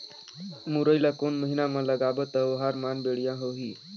मुरई ला कोन महीना मा लगाबो ता ओहार मान बेडिया होही?